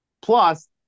Plus